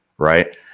Right